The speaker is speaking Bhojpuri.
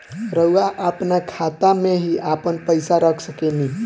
रउआ आपना खाता में ही आपन पईसा रख सकेनी